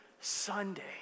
Sunday